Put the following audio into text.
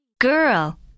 girl